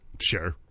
Sure